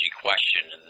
question